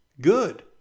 good